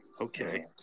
Okay